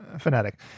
fanatic